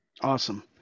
Awesome